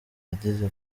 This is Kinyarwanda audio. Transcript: yagize